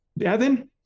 Evan